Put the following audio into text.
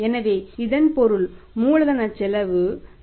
எனவே இதன் பொருள் மூலதனச் செலவு 0